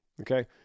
Okay